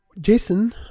Jason